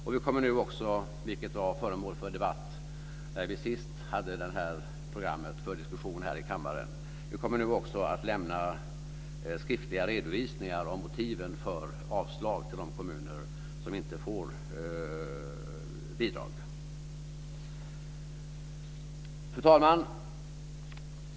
Och vi kommer nu också, vilket var föremål för debatten när vi senast diskuterade detta program här i kammaren, att lämna skriftliga redovisningar om motiven för avslag till de kommuner som inte får bidrag. Fru talman!